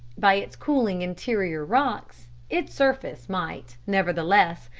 by its cooling interior rocks, its surface might, nevertheless,